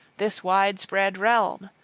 this widespread realm,